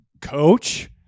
coach